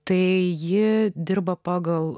tai ji dirba pagal